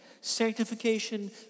Sanctification